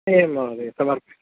एवं महोदय समरः